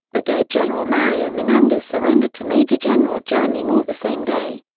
brigade general mario menendez surrendered to major general jeremy moore the same day.